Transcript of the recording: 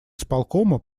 исполкома